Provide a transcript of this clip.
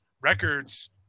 records